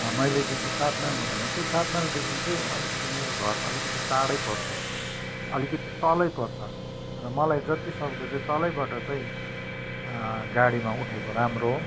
मैले जुन चाहिँ सात माइलमा भनेको थिएँ सात माइलदेखि चाहिँ अलिकति मेरो घर अलिकति टाढै पर्छ अलिकति तलै पर्छ र मलाई जति सक्दो चाहिँ तलैबाट चाहिँ गाडीमा उठेको राम्रो